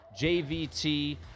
JVT